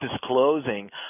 disclosing